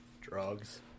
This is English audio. Drugs